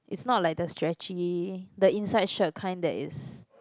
it's not like the stretchy the inside shirt kind that is